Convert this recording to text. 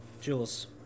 Jules